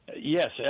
Yes